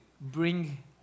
bring